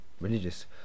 religious